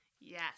Yes